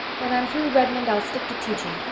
when i'm through redmond i'll stick to teaching.